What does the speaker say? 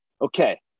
okay